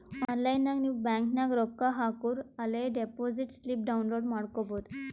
online ನಾಗ್ ನೀವ್ bank ನಾಗ್ ರೊಕ್ಕಾ ಹಾಕೂರ ಅಲೇ ಡೆಪೋಸಿಟ್ ಸ್ಲಿಪ್ ಡೌನ್ಲೋಡ್ ಮಾಡ್ಕೊಬೋದು